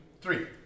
three